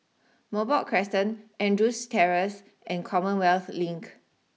Merbok Crescent Andrews Terrace and Commonwealth Link